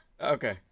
Okay